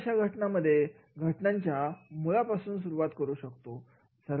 अशा पद्धतीने आपण घटनेच्या मुळापासून सुरुवात करू शकतो